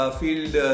field